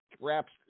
wraps